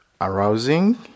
arousing